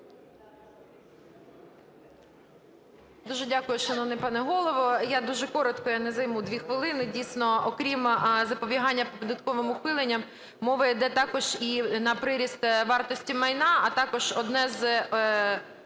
Дуже дякую, шановний пане Голово. Я дуже коротко, я не займу 2 хвилини. Дійсно, окрім запобігання податковим ухиленням, мова йде також і на приріст вартості майна, а також одне з